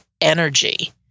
energy